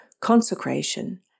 consecration